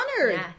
honored